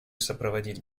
сопроводить